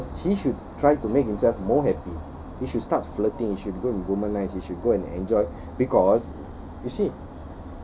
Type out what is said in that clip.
he won't he should try to make himself more happy he should start flirting he should go and womanise he should go and enjoy because you see